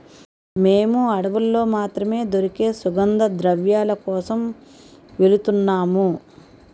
మేము అడవుల్లో మాత్రమే దొరికే సుగంధద్రవ్యాల కోసం వెలుతున్నాము